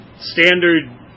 standard